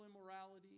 immorality